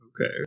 Okay